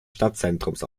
stadtzentrums